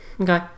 Okay